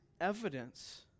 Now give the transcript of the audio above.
evidence